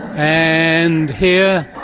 and here,